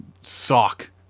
sock